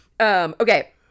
okay